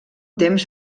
temps